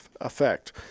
effect